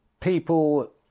people